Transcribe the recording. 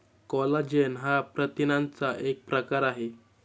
collagen हा प्रथिनांचा एक प्रकार आहे